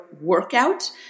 workout